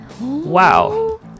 wow